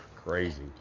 Crazy